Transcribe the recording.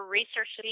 research